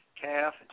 calf